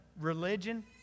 religion